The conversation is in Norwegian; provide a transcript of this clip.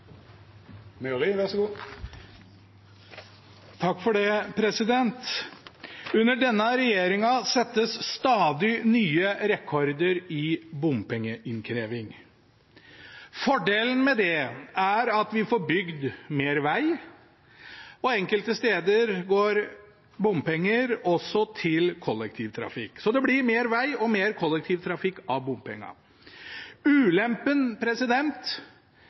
at vi får bygd mer vei, og enkelte steder går bompenger også til kollektivtrafikk. Så det blir mer vei og mer kollektivtrafikk av bompengene. Ulempen